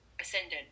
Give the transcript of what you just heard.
ascendant